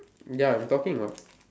ya I'm talking what